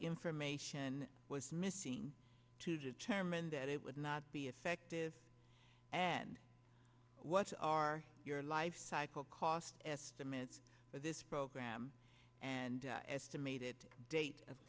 information was missing to determine that it would not be effective and what are your lifecycle cost estimates for this program and estimated date of